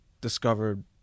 discovered